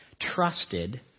trusted